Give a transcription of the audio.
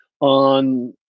on